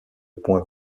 point